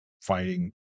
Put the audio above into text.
fighting